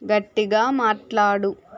గట్టిగా మాట్లాడు